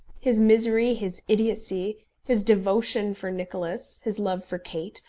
his misery, his idiotcy, his devotion for nicholas, his love for kate,